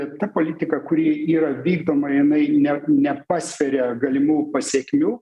ta politika kuri yra vykdoma jinai net nepasveria galimų pasekmių